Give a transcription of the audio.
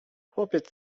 chłopiec